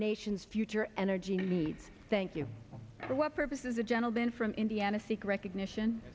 nation's future energy needs thank you for what purpose is the gentleman from indiana seek recognition